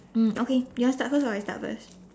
mm okay you want start first or I start first